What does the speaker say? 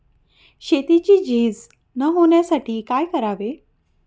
शेतीची झीज न होण्यासाठी काय करावे?